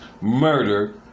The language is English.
murder